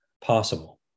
possible